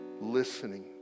listening